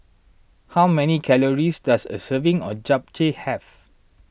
how many calories does a serving of Japchae have